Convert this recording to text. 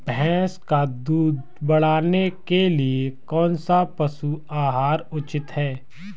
भैंस का दूध बढ़ाने के लिए कौनसा पशु आहार उचित है?